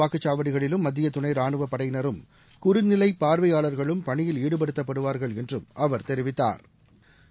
வாக்குச்சாவடிகளிலும் மத்திய துணை ராணுவப்படையினரும் குறுநிலை அனைத்து பார்வையாளர்களும் பணியில் ஈடுபடுத்தப்படுவார்கள் என்றும் அவர் தெரிவித்தாா்